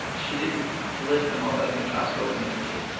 she didn't list them all, but i think costco is number two,